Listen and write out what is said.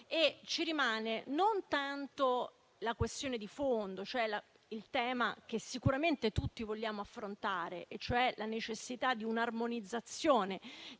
Rimane non tanto la questione di fondo, il tema che sicuramente tutti vogliamo affrontare, cioè la necessità di un'armonizzazione